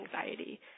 anxiety